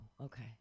okay